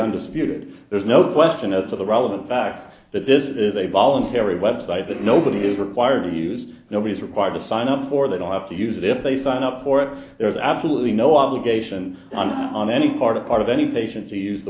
undisputed there's no question as to the relevant fact that this is a voluntary web site that nobody is required to use nobody is required to sign up for they don't have to use it if they sign up for it there is absolutely no obligation on on any part of part of any patient to use the